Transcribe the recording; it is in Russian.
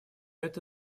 это